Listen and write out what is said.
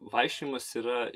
vaikščiojimas yra